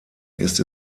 ist